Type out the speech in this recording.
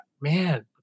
man